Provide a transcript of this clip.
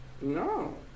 no